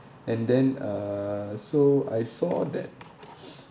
and then uh so I saw that